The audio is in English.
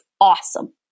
awesome